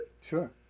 Sure